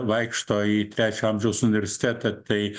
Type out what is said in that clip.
vaikšto į trečio amžiaus universitetą tai